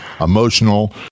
emotional